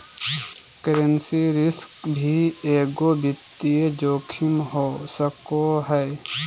currency risk भी एगो वित्तीय जोखिम हो सको हय